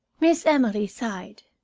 miss emily sighed,